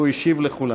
והוא השיב על כולן.